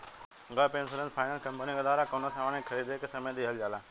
gap insurance finance company के द्वारा कवनो सामान के खरीदें के समय दीहल जाला